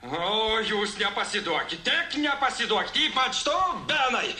o jūs nepasiduokite nepasiduok ypač to benai